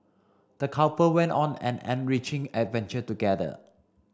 the couple went on an enriching adventure together